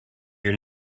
your